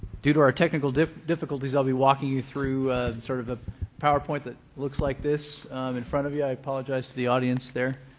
due to our technical difficulties, i'll be walking you through sort of a powerpoint that looks like this in front of you. i apologize to the audience there.